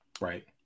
Right